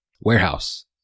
warehouse